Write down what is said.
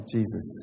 Jesus